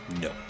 No